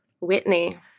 Whitney